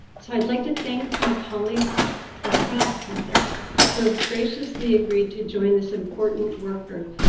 so i'd like to thank my colleagues across campus who have graciously agreed to join this important work group,